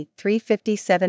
357